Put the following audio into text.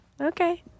Okay